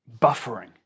Buffering